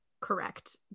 Correct